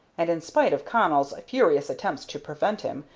and, in spite of connell's furious attempts to prevent him,